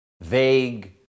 vague